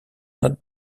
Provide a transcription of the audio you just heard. not